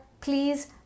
Please